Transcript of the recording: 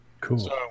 Cool